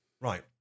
Right